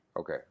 Okay